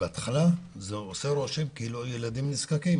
בהתחלה זה עושה רושם כאילו הילדים נזקקים,